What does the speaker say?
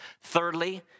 Thirdly